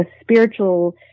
spiritual